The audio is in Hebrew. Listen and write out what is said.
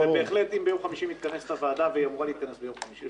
אם ביום חמישי מתכנסת הוועדה והיא אמורה להתכנס ביום חמישי,